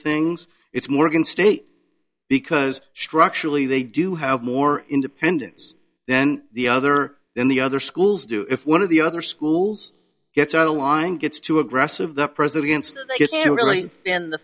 things it's morgan state because structurally they do have more independence then the other then the other schools do if one of the other schools gets out of line gets too aggressive the present against it's really been the